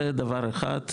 זה דבר אחד,